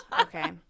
Okay